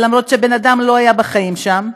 אפילו שהבן אדם לא היה בחיים שם,